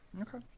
Okay